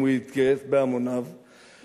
אם הוא יתגייס בהמוניו,